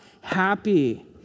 happy